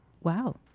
wow